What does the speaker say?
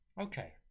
okay